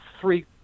three